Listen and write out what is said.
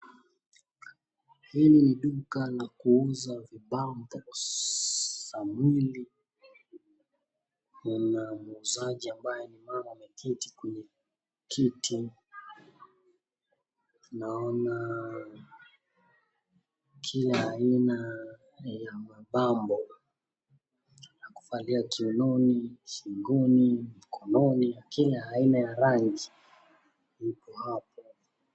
Hii ni duka la kuuza vibao vya shanga. Kuna muuzaji ambaye ni mama ameketi kwenye kiti. Naona kila aina ya mapambo ya kuvalia kiunoni, shingoni, mkononi, kila aina ya rangi ipo hapo.